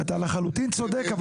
אתה לחלוטין צודק,